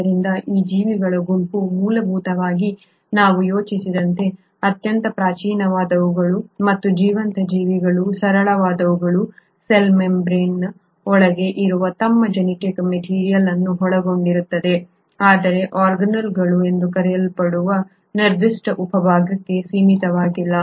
ಆದ್ದರಿಂದ ಈ ಜೀವಿಗಳ ಗುಂಪು ಮೂಲಭೂತವಾಗಿ ನಾವು ಯೋಚಿಸಿದಂತೆ ಅತ್ಯಂತ ಪ್ರಾಚೀನವಾದವುಗಳು ಮತ್ತು ಜೀವಂತ ಜೀವಿಗಳಲ್ಲಿ ಸರಳವಾದವುಗಳು ಸೆಲ್ ಮೆಂಬ್ರೇನ್ದ ಒಳಗೆ ಇರುವ ತಮ್ಮ ಜೆನೆಟಿಕ್ ಮೆಟೀರಿಯಲ್ ಅನ್ನು ಒಳಗೊಂಡಿರುತ್ತವೆ ಆದರೆ ಆರ್ಗಾನಲ್ಗಳು ಎಂದು ಕರೆಯಲ್ಪಡುವ ನಿರ್ದಿಷ್ಟ ಉಪಭಾಗಕ್ಕೆ ಸೀಮಿತವಾಗಿಲ್ಲ